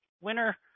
winner